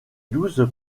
douze